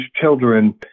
children